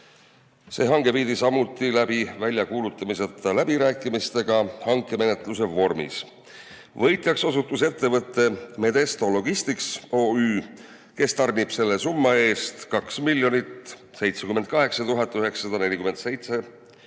see hange viidi samuti läbi väljakuulutamiseta läbirääkimistega hankemenetluse vormis. Võitjaks osutus ettevõte Medesto Logistics OÜ, kes tarnib selle summa eest 2 078 947